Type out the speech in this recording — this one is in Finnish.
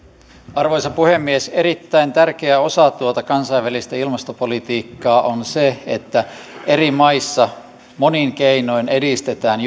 arvoisa puhemies erittäin tärkeä osa tuota kansainvälistä ilmastopolitiikkaa on se että eri maissa monin keinoin edistetään